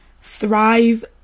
Thrive